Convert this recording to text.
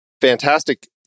fantastic